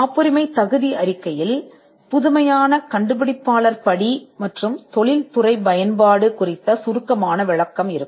காப்புரிமை அறிக்கையில் புதுமை கண்டுபிடிப்பாளர் படி மற்றும் தொழில்துறை பயன்பாடு குறித்த சுருக்கமான விளக்கம் இருக்கும்